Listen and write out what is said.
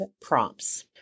prompts